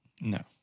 No